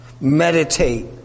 Meditate